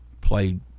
played